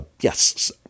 yes